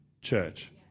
church